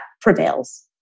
prevails